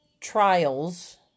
trials